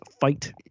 fight